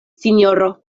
sinjoro